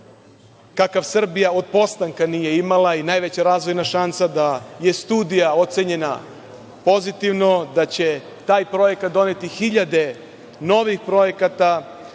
kakav Srbija od postanka nije imala i najveća razvojna šansa, da je studija ocenjena pozitivno, da će taj projekat doneti hiljade novih projekata,